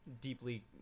deeply